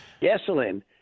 gasoline